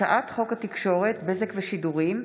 הצעת חוק התקשורת (בזק ושידורים)